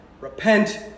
Repent